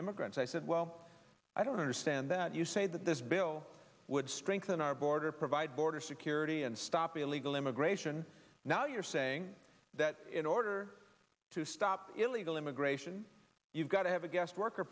immigrants i said well i don't understand that you say that this bill would strengthen our border provide border security and stop illegal immigration now you're saying that in order to stop illegal immigration you've got to have a guest worker